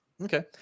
Okay